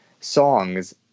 songs